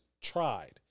tried